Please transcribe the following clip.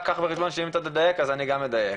רק קח בחשבון שאם אתה תדייק אז גם אני אדייק.